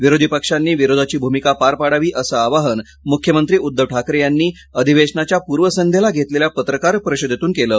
विरोधी पक्षांनी विरोधाची भूमिका पार पाडावी असं आवाहन मुख्यमंत्री उद्धव ठाकरे यांनी अधिवेशनाच्या पुर्वसध्येला घेतलेल्या पत्रकार परिषदेतून केल